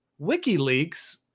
WikiLeaks